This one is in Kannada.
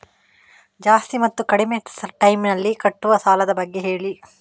ಜಾಸ್ತಿ ಮತ್ತು ಕಡಿಮೆ ಟೈಮ್ ನಲ್ಲಿ ಕಟ್ಟುವ ಸಾಲದ ಬಗ್ಗೆ ಹೇಳಿ